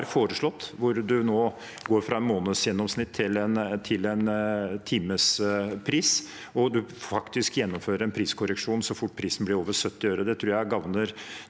kommet med, hvor man nå går fra et månedsgjennomsnitt til en timepris, og man faktisk gjennomfører en priskorreksjon så fort prisen blir over 70 øre. Det tror jeg gagner